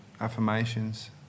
affirmations